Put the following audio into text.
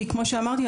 כי כמו שאמרתי,